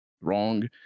wrong